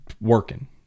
working